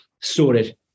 sorted